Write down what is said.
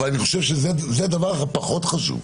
אבל אני חושב שזה הדבר הפחות חשוב.